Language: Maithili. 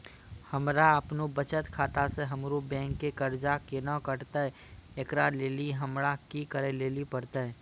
हमरा आपनौ बचत खाता से हमरौ बैंक के कर्जा केना कटतै ऐकरा लेली हमरा कि करै लेली परतै?